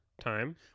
time